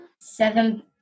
Seven